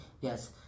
Yes